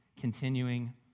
continuing